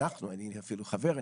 או אפילו אנחנו כי אני אפילו חבר,